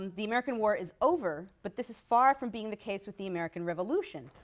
and the american war is over but this is far from being the case with the american revolution.